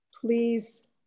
please